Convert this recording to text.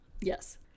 Yes